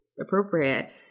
appropriate